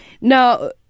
Now